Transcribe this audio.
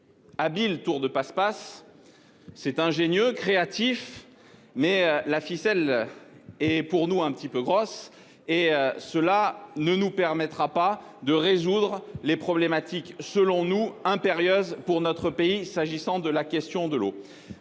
Habile tour de passe-passe. Cet ingénieux, créatif. Mais la ficelle. Est pour nous un petit peu grosse et. Cela ne nous permettra pas de résoudre les problématiques selon nous impérieuse pour notre pays, s'agissant de la question de l'eau.